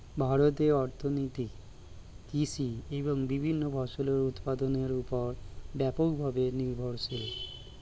ভারতের অর্থনীতি কৃষি এবং বিভিন্ন ফসলের উৎপাদনের উপর ব্যাপকভাবে নির্ভরশীল